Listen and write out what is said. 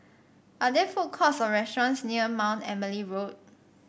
are there food courts or restaurants near Mount Emily Road